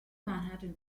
manhattan